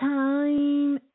time